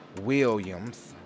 Williams